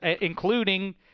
including –